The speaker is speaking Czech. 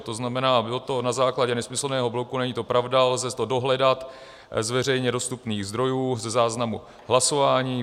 To znamená, bylo to na základě nesmyslného blogu, není to pravda, lze to dohledat z veřejně dostupných zdrojů, ze záznamu hlasování.